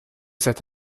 cet